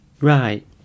right